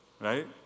Right